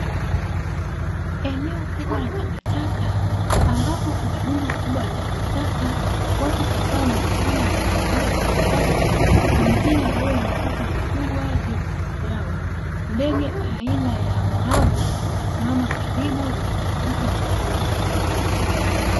Eneo kubwa la takataka ambapo kuna rundo kubwa la takataka, watu kadhaa wanaonekana wakichagua takataka, wengine wamebeba mifuko mikubwa juu ya vichwa vyao, ndege aina ya morabu wamesimama karibu wakitafuta chakula.